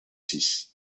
six